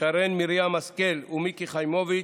שרן מרים השכל ומיקי חיימוביץ'